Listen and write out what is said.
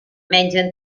mengen